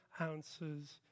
ounces